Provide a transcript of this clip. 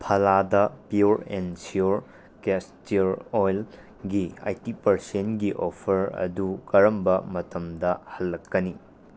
ꯐꯥꯂꯥꯗ pure and sure castor ꯑꯣꯏꯜꯒꯤ eighty ꯄꯥꯔꯁꯦꯟꯒꯤ offer ꯑꯗꯨ ꯀꯔꯝꯕ ꯃꯇꯝꯗ ꯍꯜꯂꯛꯀꯅꯤ